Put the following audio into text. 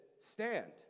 stand